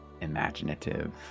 imaginative